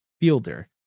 Fielder